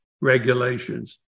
regulations